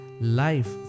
life